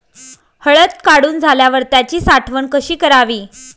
हळद काढून झाल्यावर त्याची साठवण कशी करावी?